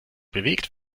bewegt